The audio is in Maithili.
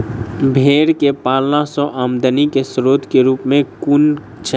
भेंर केँ पालन सँ आमदनी केँ स्रोत केँ रूप कुन छैय?